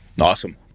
Awesome